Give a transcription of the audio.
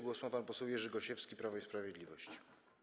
Głos ma pan poseł Jerzy Gosiewski, Prawo i Sprawiedliwość.